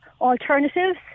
alternatives